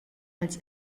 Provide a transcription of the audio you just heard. als